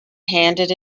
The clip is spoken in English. handed